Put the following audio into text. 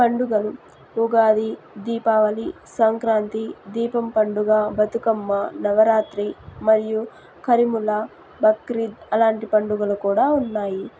పండుగలు ఉగాది దీపావళి సంక్రాంతి దీపం పండుగ బతుకమ్మ నవరాత్రి మరియు కరీముల్లా బక్రీద్ అలాంటి పండుగలు కూడా ఉన్నాయి